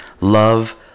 love